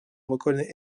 reconnait